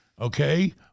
Okay